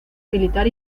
militar